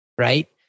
right